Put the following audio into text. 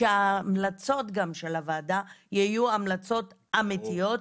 שההמלצות גם של הוועדה יהיו המלצות אמיתיות,